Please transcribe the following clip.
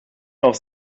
noch